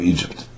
Egypt